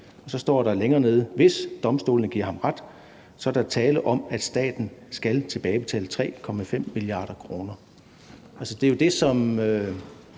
Og så står der længere nede: Hvis domstolene giver ham ret, er der tale om, at staten skal tilbagebetale 3,5 mia. kr.